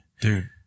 Dude